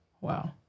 Wow